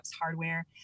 hardware